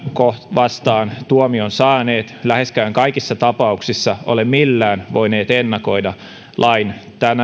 vastaan tuomion saaneet läheskään kaikissa tapauksissa ole millään voineet ennakoida lain